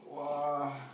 !wah!